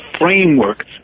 framework